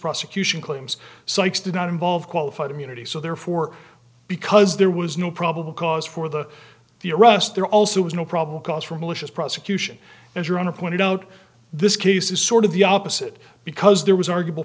prosecution claims sikes did not involve qualified immunity so therefore because there was no probable cause for the the arrest there also was no problem calls for malicious prosecution as your honor pointed out this case is sort of the opposite because there was arguable